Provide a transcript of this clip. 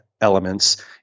elements